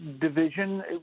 division